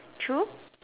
true